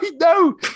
no